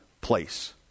place